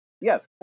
Yes